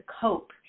cope